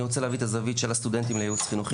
אני רוצה להביא את הזווית של הסטודנטים לייעוץ חינוכי,